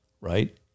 right